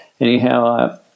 anyhow